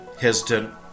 hesitant